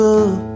up